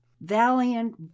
valiant